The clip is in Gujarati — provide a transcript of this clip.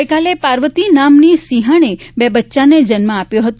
ગઇકાલે પાર્વતી નામની સિંહકો બે બચ્ચાંને જન્મ આપ્યો હતો